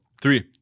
Three